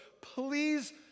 Please